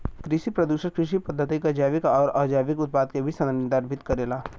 कृषि प्रदूषण कृषि पद्धति क जैविक आउर अजैविक उत्पाद के भी संदर्भित करेला